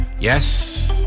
yes